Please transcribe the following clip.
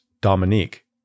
Dominique